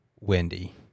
Wendy